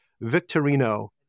Victorino